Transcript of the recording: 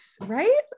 right